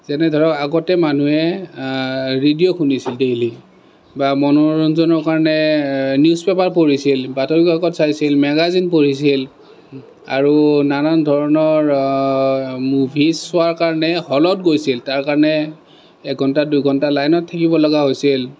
যেনে ধৰক আগতে মানুহে ৰেডিঅ' শুনিছিল ডেইলি বা মনোৰঞ্জনৰ কাৰণে নিউজ পেপাৰ পঢ়িছিল বাতৰি কাকত চাইছিল মেগাজিন পঢ়িছিল আৰু নানান ধৰণৰ মুভি চোৱাৰ কাৰণে হলত গৈছিল তাৰকাৰণে এঘণ্টা দুই ঘণ্টা লাইনত থাকিবলগীয়া হৈছিল